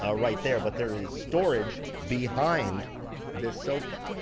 ah right there, but there is storage behind this sofa.